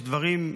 יש דברים,